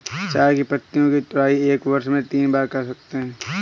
चाय की पत्तियों की तुड़ाई को एक वर्ष में तीन बार कर सकते है